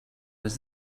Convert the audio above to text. was